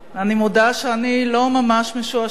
אני מודה שאני לא ממש משועשעת.